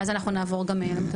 ואז אנחנו נעבור גם למטפלות.